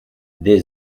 des